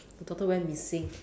the daughter went missing